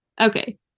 okay